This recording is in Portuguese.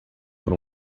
por